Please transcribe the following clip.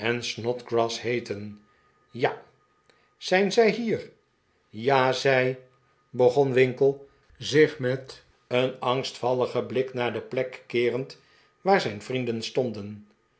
snodgrass heeten ja zijn zij hier ja zij begon winkle zich met een angstvalligen blik naar de plek keerend waar zijn vrienden stonden